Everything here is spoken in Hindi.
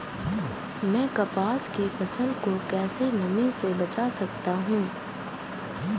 मैं कपास की फसल को कैसे नमी से बचा सकता हूँ?